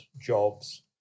jobs